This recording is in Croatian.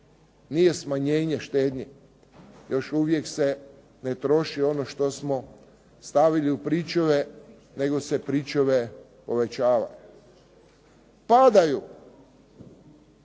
nije smanjenje štednje, još uvijek se ne troši ono što smo stavili u pričuve nego se pričuve povećavaju. Padaju